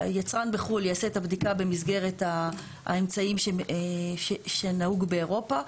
יצרן בחו"ל יעשה את הבדיקה במסגרת האמצעים שנהוג באירופה.